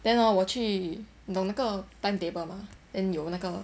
then hor 我去你懂那个 timetable mah then 有那个